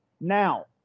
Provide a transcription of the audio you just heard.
Now